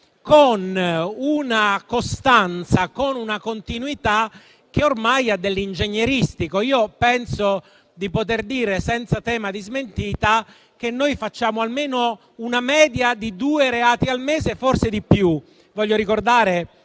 con una costanza e una continuità che ormai hanno dell'ingegneristico. Penso di poter dire, senza tema di smentita, che introduciamo almeno una media di due reati al mese (forse di più).